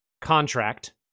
contract